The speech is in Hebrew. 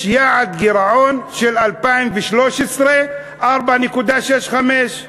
יש יעד גירעון של 2013, 4.65%,